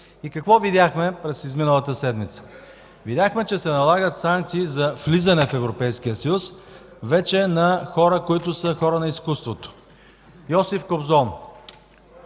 Какво видяхме през изминалата седмица? Видяхме, че се налагат санкции за влизане в Европейския съюз вече на хора, които са хора на изкуството – Йосиф Кобзон.